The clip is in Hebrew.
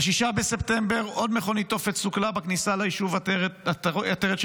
ב-6 בספטמבר עוד מכונית תופת סוכלה בכניסה ליישוב עטרת שבבנימין,